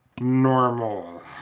normal